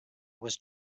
was